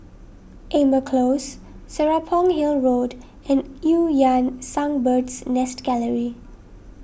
Amber Close Serapong Hill Road and Eu Yan Sang Bird's Nest Gallery